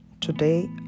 Today